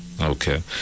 okay